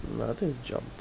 nah I think is jump